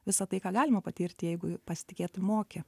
visa tai ką galima patirti jeigu pasitikėt moki